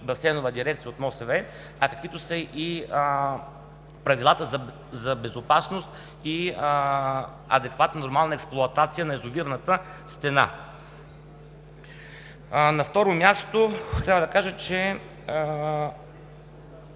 Басейнова дирекция, и от МОСВ, каквито са и правилата за безопасност и за адекватна, нормална експлоатация на язовирната стена. На второ място, трябва да кажа,